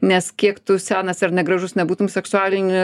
nes kiek tu senas ar negražus nebūtum seksualinį